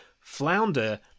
Flounder